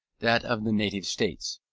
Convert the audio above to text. that of the native states.